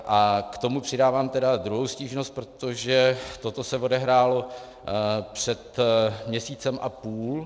K tomu přidávám druhou stížnost, protože toto se odehrálo před měsícem a půl.